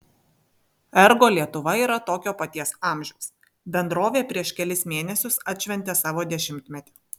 ergo lietuva yra tokio paties amžiaus bendrovė prieš kelis mėnesius atšventė savo dešimtmetį